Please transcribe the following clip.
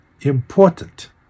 important